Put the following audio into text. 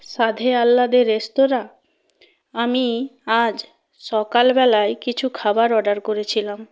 স্বাদে আহ্লাদে রেস্তোরাঁ আমি আজ সকালবেলায় কিছু খাবার অর্ডার করেছিলাম